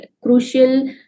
crucial